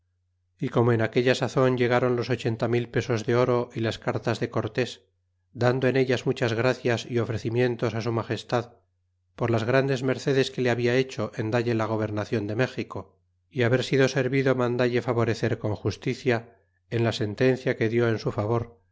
y como en aquella sazon llegáron los ochenta mil pesos de oro y las cartas de cor tés dando en ellas muchas gracias y ofrecimien tos su magestad por las grandes mercedes que le habla hecho en dalle la gobernacion do méxico y haber sido servido mandalle favorecer con justicia en la sentencia que dió en su favor